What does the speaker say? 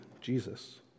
Jesus